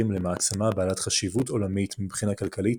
למעצמה בעלת חשיבות עולמית מבחינה כלכלית,